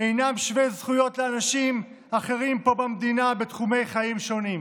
אינם שווי זכויות לאנשים אחרים פה במדינה בתחומי חיים שונים.